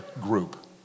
group